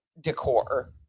decor